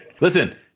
Listen